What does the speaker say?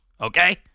okay